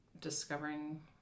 discovering